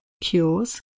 cures